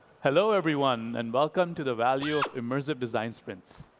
hello, everyone, and welcome to the value of immersive design sprints.